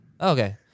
Okay